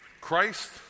Christ